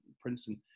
Princeton